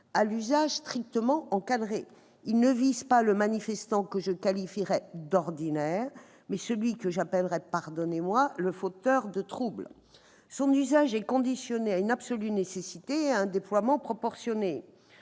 à l'usage strictement encadré. Ils visent non le manifestant que je qualifierai « d'ordinaire », mais celui que j'appellerai le « fauteur de troubles ». L'usage de cette arme est conditionné à une absolue nécessité et à un déploiement proportionné.